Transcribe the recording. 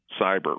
cyber